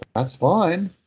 that's fine.